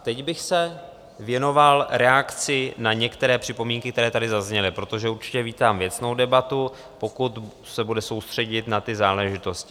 Teď bych se věnoval reakci na některé připomínky, které tady zazněly, protože určitě vítám věcnou debatu, pokud se bude soustředit na ty záležitosti.